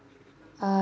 uh